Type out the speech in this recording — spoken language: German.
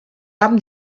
haben